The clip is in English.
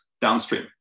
downstream